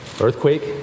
earthquake